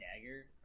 dagger